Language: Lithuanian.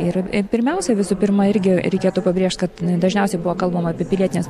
ir pirmiausia visų pirma irgi reikėtų pabrėžt kad dažniausiai buvo kalbama apie pilietines